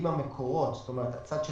אם המקורות, כלומר הצד של